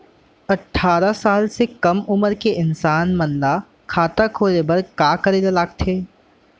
अट्ठारह साल से कम उमर के इंसान मन ला खाता खोले बर का करे ला लगथे?